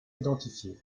identifiées